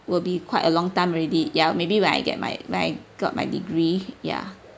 will be quite a long time already ya maybe when I get my my got my degree ya